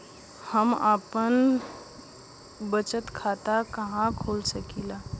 हम आपन बचत खाता कहा खोल सकीला?